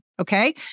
Okay